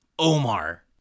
omar